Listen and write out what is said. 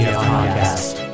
podcast